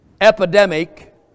epidemic